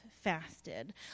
fasted